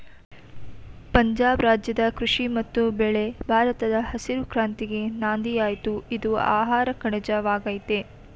ಪಂಜಾಬ್ ರಾಜ್ಯದ ಕೃಷಿ ಮತ್ತು ಬೆಳೆ ಭಾರತದ ಹಸಿರು ಕ್ರಾಂತಿಗೆ ನಾಂದಿಯಾಯ್ತು ಇದು ಆಹಾರಕಣಜ ವಾಗಯ್ತೆ